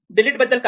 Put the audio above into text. delete बद्दल काय